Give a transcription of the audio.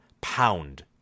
pound